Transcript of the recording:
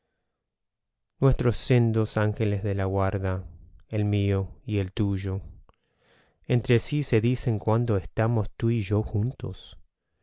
nuestros sendos ángeles de la guarda el mío y el tuyo entre si que se dicen cuando estamos tú y yo juntos